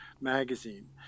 magazine